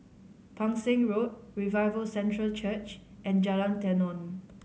Pang Seng Road Revival Centre Church and Jalan Tenon